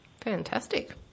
Fantastic